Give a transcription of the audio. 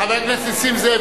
חבר הכנסת נסים זאב,